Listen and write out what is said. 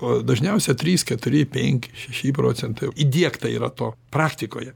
o dažniausiai trys keturi penki šeši procentai įdiegta yra to praktikoje